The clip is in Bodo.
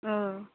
ओ